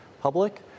public